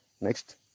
next